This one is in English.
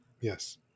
Yes